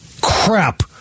crap